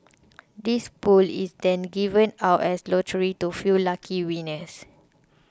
this pool is then given out as lottery to few lucky winners